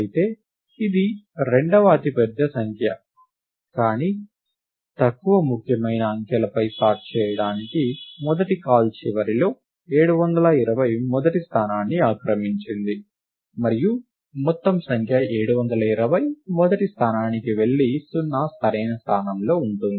అయితే ఇది రెండవ అతిపెద్ద సంఖ్య కానీ తక్కువ ముఖ్యమైన అంకెలపై సార్ట్ చేయడానికి మొదటి కాల్ చివరిలో 720 మొదటి స్థానాన్ని ఆక్రమించింది మరియు మొత్తం సంఖ్య 720 మొదటి స్థానానికి వెళ్లి 0 సరైన స్థానంలో ఉంటుంది